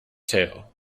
tale